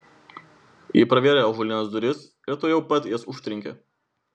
ji pravėrė ąžuolines duris ir tuojau pat jas užtrenkė